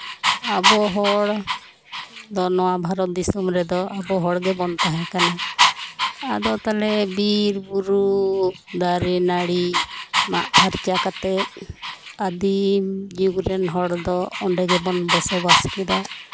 ᱟᱵᱚ ᱦᱚᱲ ᱫᱚ ᱱᱚᱣᱟ ᱵᱷᱟᱨᱚᱛ ᱫᱤᱥᱚᱢ ᱨᱮᱫᱚ ᱟᱵᱚ ᱦᱚᱲ ᱜᱮᱵᱚᱱ ᱛᱟᱦᱮᱸ ᱠᱟᱱᱟ ᱟᱫᱚ ᱛᱟᱦᱚᱞᱮ ᱵᱤᱨ ᱵᱩᱨᱩ ᱫᱟᱨᱮ ᱱᱟᱹᱲᱤ ᱢᱟᱜ ᱯᱷᱟᱨᱪᱟ ᱠᱟᱛᱮᱜ ᱟᱫᱤᱢ ᱡᱩᱜᱽ ᱨᱮᱱ ᱦᱚᱲ ᱫᱚ ᱚᱸᱰᱮ ᱜᱮᱵᱚᱱ ᱵᱚᱥᱚᱵᱟᱥ ᱠᱮᱫᱟ